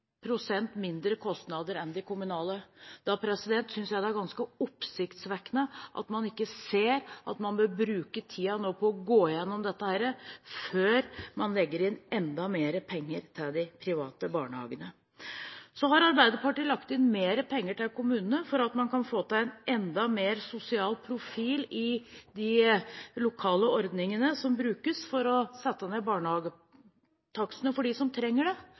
pst. mindre kostnader enn de kommunale. Da synes jeg det er ganske oppsiktsvekkende at man ikke ser at man bør bruke tiden på å gå gjennom dette før man legger inn enda mer penger til de private barnehagene. Arbeiderpartiet har lagt inn mer penger til kommunene, sånn at man kan få til en enda bedre sosial profil i de lokale ordningene som brukes for å sette ned barnehagetakstene for dem som trenger det.